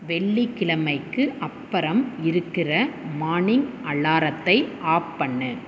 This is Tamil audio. வெள்ளி கிழமைக்கு அப்புறம் இருக்கிற மார்னிங் அலாரத்தை ஆப் பண்ணு